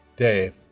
dave